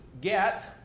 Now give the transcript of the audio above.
get